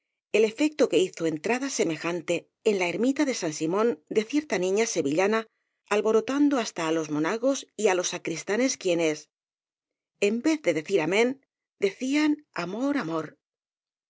el efecto que hizo entrada semejante en la ermi ta de san simón de cierta niña sevillana albo rotando hasta á los monagos y á los sacristanes quienes en vez de decir amén decían amor amor